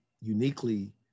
uniquely